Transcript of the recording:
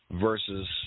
versus